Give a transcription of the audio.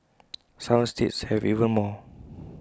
some states have even more